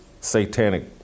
satanic